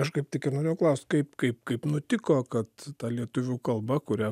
aš kaip tik ir norėjau klaust kaip kaip kaip nutiko kad ta lietuvių kalba kuria